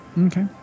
Okay